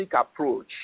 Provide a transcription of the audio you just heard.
approach